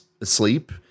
asleep